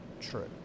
true